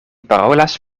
parolas